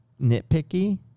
nitpicky